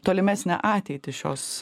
tolimesnę ateitį šios